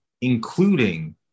including